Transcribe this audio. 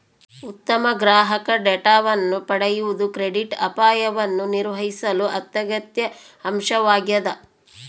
ಉತ್ತಮ ಗ್ರಾಹಕ ಡೇಟಾವನ್ನು ಪಡೆಯುವುದು ಕ್ರೆಡಿಟ್ ಅಪಾಯವನ್ನು ನಿರ್ವಹಿಸಲು ಅತ್ಯಗತ್ಯ ಅಂಶವಾಗ್ಯದ